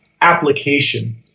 application